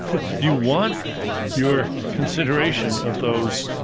you want your consideration of those.